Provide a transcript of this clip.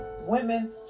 women